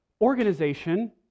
Organization